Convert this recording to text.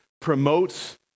promotes